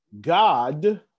God